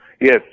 Yes